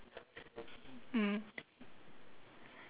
mm